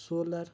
solar